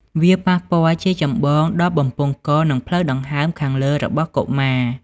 វាប៉ះពាល់ជាចម្បងដល់បំពង់ក និងផ្លូវដង្ហើមខាងលើរបស់កុមារ។